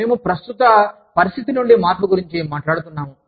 మేము ప్రస్తుత పరిస్థితి నుండి మార్పు గురించి మాట్లాడుతున్నాము